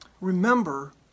Remember